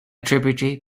tributary